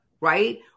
right